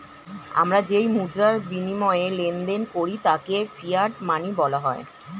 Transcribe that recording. আমরা যেই মুদ্রার বিনিময়ে লেনদেন করি তাকে ফিয়াট মানি বলা হয়